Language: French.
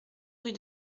rue